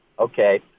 Okay